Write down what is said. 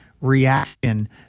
reaction